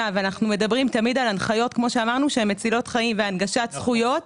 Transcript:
אבל אנחנו מדברים על הנחיות שמצילות חיים והנגשת זכויות.